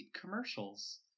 commercials